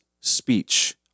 speech